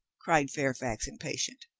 cried fairfax impatient.